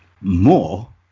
more